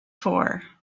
for